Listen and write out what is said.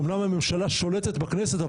אמנם הממשלה שולטת בכנסת,